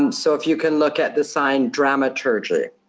um so if you can look at the sign dramaturgy.